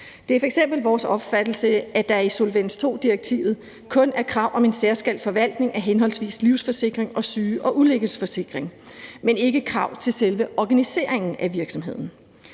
Det er f.eks. vores opfattelse, at der i solvens II-direktivet kun er krav om en særskilt forvaltning af henholdsvis livsforsikring og syge- og ulykkesforsikring, men ikke krav til selve organiseringen af virksomheden.